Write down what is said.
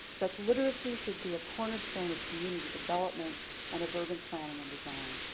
such literacy should be a cornerstone of community development and of urban planning and design.